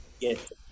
Yes